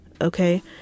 okay